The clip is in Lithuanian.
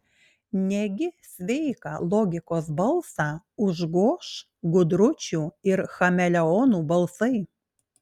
negi sveiką logikos balsą užgoš gudručių ir chameleonų balsai